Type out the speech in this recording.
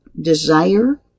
desire